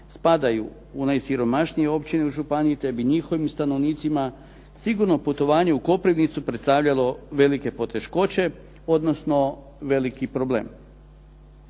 spadaju u najsiromašnije općine u županiji te bi njihovim stanovnicima sigurno putovanje u Koprivnicu predstavljalo velike poteškoće, odnosno veliki problem.